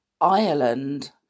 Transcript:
Ireland